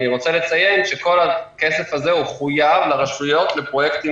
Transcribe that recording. אני רוצה לציין שכל הכסף הזה חויב לרשויות לפרויקטים